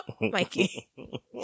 Mikey